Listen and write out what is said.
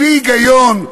בלי היגיון,